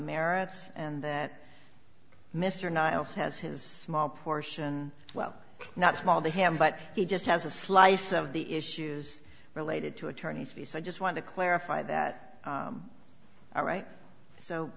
merits and that mr niles has his small portion well not small to him but he just has a slice of the issues related to attorney's fees i just want to clarify that all right so